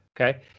Okay